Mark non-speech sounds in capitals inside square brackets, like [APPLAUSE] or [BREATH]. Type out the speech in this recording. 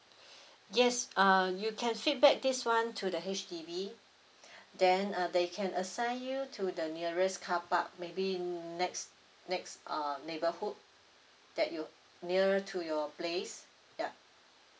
[BREATH] yes ah you can feedback this one to the H_D_B [BREATH] then uh they can assign you to the nearest car park maybe next next ah neighbourhood that you nearer to your place ya